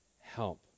help